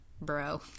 bro